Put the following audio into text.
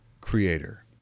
creator